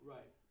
Right